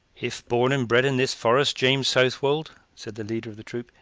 if born and bred in this forest, james southwold, said the leader of the troop,